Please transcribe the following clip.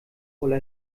ulla